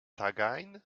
tagein